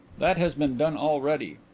that has been done already.